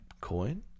coin